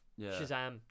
shazam